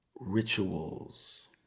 rituals